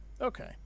Okay